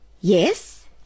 Yes